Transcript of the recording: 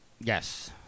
Yes